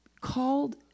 called